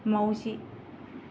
मावजि